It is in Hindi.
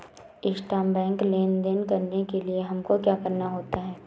इंट्राबैंक लेन देन करने के लिए हमको क्या करना होता है?